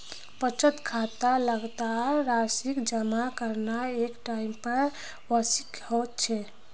बचत खातात लगातार राशि जमा करना एक टाइपेर वार्षिकी ह छेक